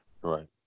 Right